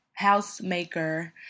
housemaker